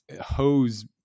hose